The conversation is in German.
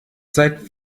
seit